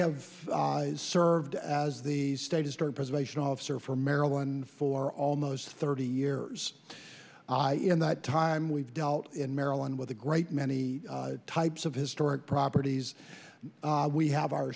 have served as the state history preservation officer for maryland for almost thirty years in that time we've dealt in maryland with a great many types of historic properties we have our